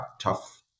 tough